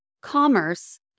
Commerce